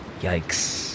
yikes